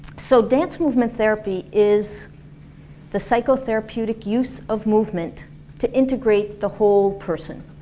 so dance movement therapy is the psycho-therapeutic use of movement to integrate the whole person.